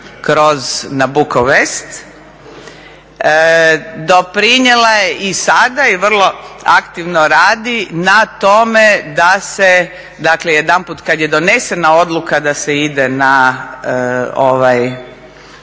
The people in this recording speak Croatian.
ne razumije./… doprinijela je i sada i vrlo aktivno radi na tome da se dakle jedanput kad je donesena odluka da se ide na ovaj